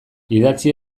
idatzi